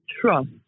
trust